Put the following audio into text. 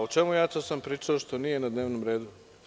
O čemu sam ja to pričao što nije na dnevnom redu?